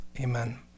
amen